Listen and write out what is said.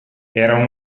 era